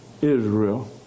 Israel